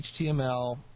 HTML